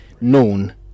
known